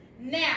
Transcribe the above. Now